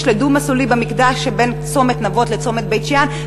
לדו-מסלולי במקטע שבין צומת נבות לצומת בית-שאן,